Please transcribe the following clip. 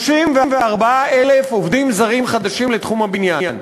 34,000 עובדים זרים חדשים לתחום הבניין.